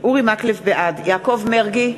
בעד יעקב מרגי,